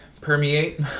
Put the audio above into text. permeate